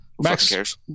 Max